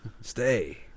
Stay